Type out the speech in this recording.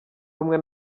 rumwe